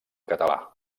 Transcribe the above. català